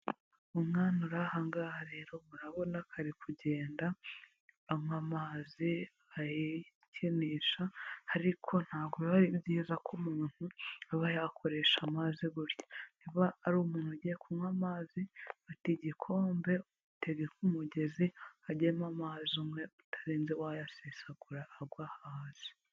Umwana uri aha ngaha rero urabona ko ari kugenda anywa amazi ayakinisha, ariko ntabwo biba byiza ko umuntu aba yakoresha amazi gutya. Niba ari umuntu ugiye kunywa amazi fata igikombe utegeke ku mugezi hajyemo amazi umwe utarenze wayasesagura agwa hasi.